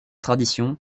tradition